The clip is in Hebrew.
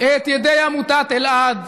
את ידי עמותת אלעד,